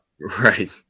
Right